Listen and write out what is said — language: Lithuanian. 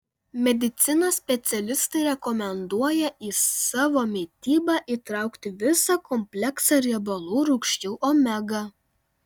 medicinos specialistai rekomenduoja į savo mitybą įtraukti visą kompleksą riebalų rūgščių omega